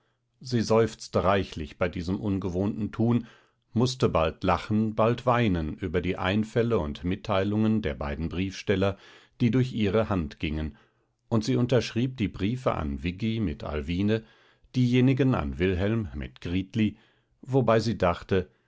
sie seufzte reichlich bei diesem ungewohnten tun mußte bald lachen bald weinen über die einfälle und mitteilungen der beiden briefsteller die durch ihre hand gingen und sie unterschrieb die briefe an viggi mit alwine diejenigen an wilhelm mit gritli wobei sie dachte